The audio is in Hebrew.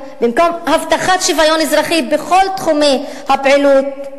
הבטחת שוויון אזרחי בכל תחומי הפעילות,